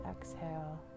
exhale